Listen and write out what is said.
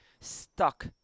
stuck